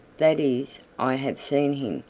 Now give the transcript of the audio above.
that is, i have seen him,